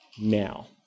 now